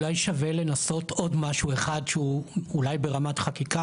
אולי שווה לנסות עוד משהו אחד שהוא אולי ברמת חקיקה,